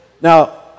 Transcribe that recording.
Now